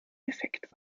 defekt